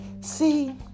see